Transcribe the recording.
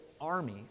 army